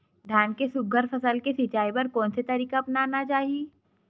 धान के सुघ्घर फसल के सिचाई बर कोन से तरीका अपनाना चाहि?